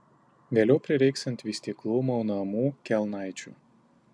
vėliau prireiks ant vystyklų maunamų kelnaičių